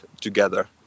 together